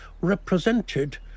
represented